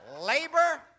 Labor